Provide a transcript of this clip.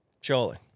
Surely